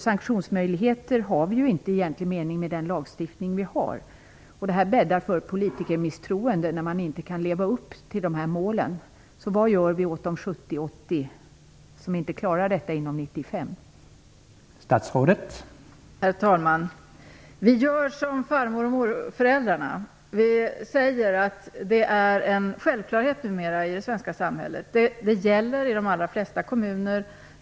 Vi har inte i egentlig mening några sanktionsmöjligheter med den lagstiftning som vi har.